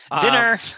Dinner